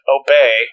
Obey